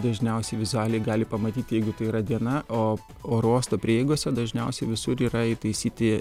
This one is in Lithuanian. dažniausiai vizualiai gali pamatyti jeigu tai yra diena o oro uosto prieigose dažniausiai visur yra įtaisyti